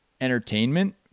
entertainment